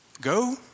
Go